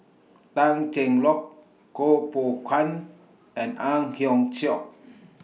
Tan Cheng Lock Kuo Pao Kun and Ang Hiong Chiok